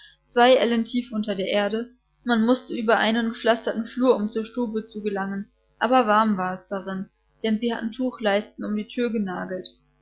zwei ellen tief unter der erde man mußte über eine gepflasterte flur um zur stube zu gelangen aber warm war es darin denn sie hatten tuchleisten um die thür genagelt